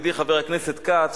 ידידי חבר הכנסת כץ,